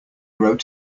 wrote